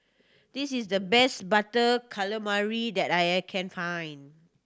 this is the best Butter Calamari that I can find